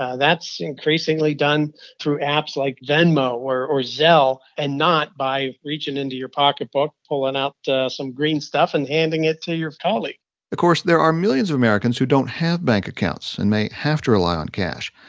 yeah that's increasingly done through apps like venmo or or zelle and not by reaching into your pocketbook, pulling out some green stuff and handing it to your colleague of course, there are millions of americans who don't have bank accounts and may have to rely on cash.